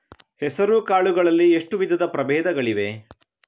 ಹೆಸರುಕಾಳು ಗಳಲ್ಲಿ ಎಷ್ಟು ವಿಧದ ಪ್ರಬೇಧಗಳಿವೆ?